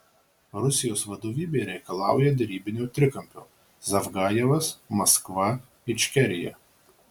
rusijos vadovybė reikalauja derybinio trikampio zavgajevas maskva ičkerija